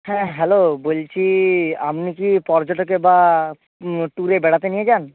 হ্যাঁ হ্যালো বলছি আপনি কি পর্যটকে বা ট্যুরে বেড়াতে নিয়ে যান